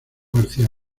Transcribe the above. garcía